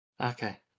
Okay